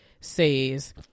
says